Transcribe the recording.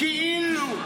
כאילו.